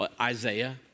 Isaiah